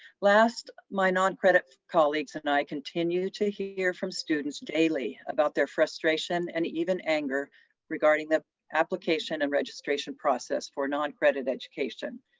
last, my noncredit colleagues and i continue to hear from students daily about their frust sxragz and even anger regarding the application and registration process for noncredit education.